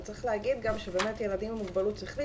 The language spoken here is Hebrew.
וצריך להגיד גם שבאמת ילדים עם מוגבלות שכלית